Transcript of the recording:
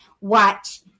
watch